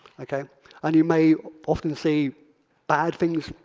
and you may often see bad things,